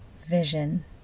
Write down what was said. Vision